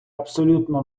абсолютно